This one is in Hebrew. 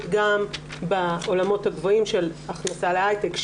גם בעולמות הגבוהים של הכנסה להייטק,